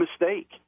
mistake